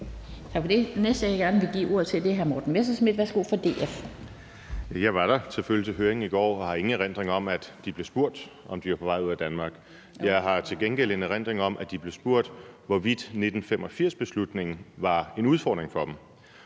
om, at de blev spurgt, om de var på vej ud af Danmark. Jeg har til gengæld en erindring om, at de blev spurgt, hvorvidt 1985-beslutningen var en udfordring for dem,